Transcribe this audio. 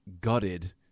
gutted